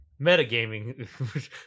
metagaming